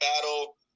battle